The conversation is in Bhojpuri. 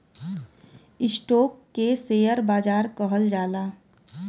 स्टोक के शेअर बाजार कहल जाला